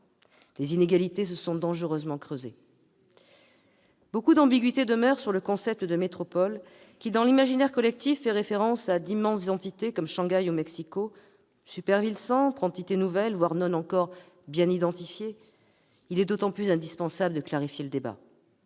Les inégalités se sont dangereusement creusées. Nombre d'ambiguïtés demeurent sur le concept de métropole, qui, dans l'imaginaire collectif, renvoie à d'immenses entités, comme Shanghai ou Mexico : super ville-centre, entité nouvelle, voire non encore bien identifiée ? Il est indispensable de clarifier le débat.